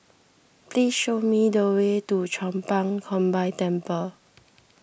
please show me the way to Chong Pang Combined Temple